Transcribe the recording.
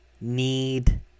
Need